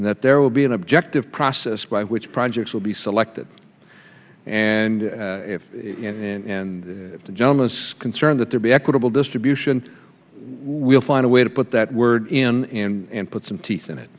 and that there will be an objective process by which projects will be selected and if in the gentleness concerned that there be equitable distribution we'll find a way to put that word in put some teeth in it